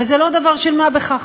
וזה לא דבר של מה בכך.